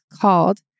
called